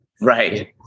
Right